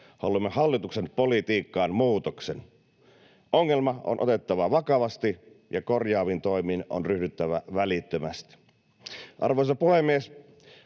Haluamme hallituksen politiikkaan muutoksen. Ongelma on otettava vakavasti ja korjaaviin toimiin on ryhdyttävä välittömästi. Arvoisa puhemies!